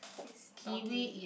this doggy